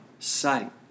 sight